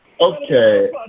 Okay